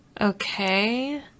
Okay